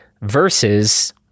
versus